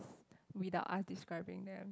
without us describing them